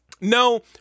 No